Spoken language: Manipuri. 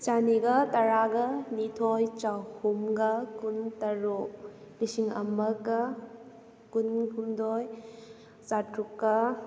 ꯆꯅꯤꯒ ꯇꯔꯥꯒꯅꯤꯊꯣꯏ ꯆꯍꯨꯝꯒ ꯀꯨꯟ ꯇꯔꯨꯛ ꯂꯤꯁꯤꯡ ꯑꯃꯒ ꯀꯨꯟ ꯍꯨꯝꯗꯣꯏ ꯆꯥꯇ꯭ꯔꯨꯛꯀ